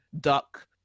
duck